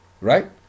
Right